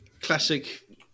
classic